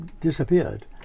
disappeared